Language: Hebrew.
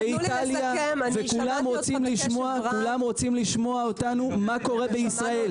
תנו לי לסכם כולם רוצים לשמוע מה קורה בישראל,